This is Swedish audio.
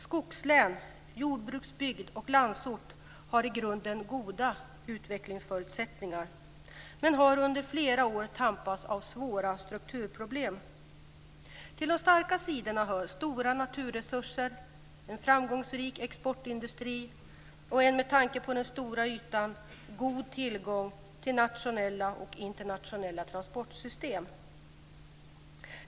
Skogslän, jordbruksbygd och landsort har i grunden goda utvecklingsförutsättningar men har under flera år fått tampas med svåra stora strukturproblem. Till de starka sidorna hör stora naturresurser, en framgångsrik exportindustri och en, med tanke på den stora ytan, god tillgång till nationella och internationella transportsystem.